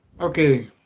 Okay